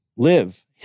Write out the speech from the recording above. live